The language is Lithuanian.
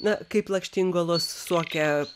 na kaip lakštingalos suokia